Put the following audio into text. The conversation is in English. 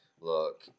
look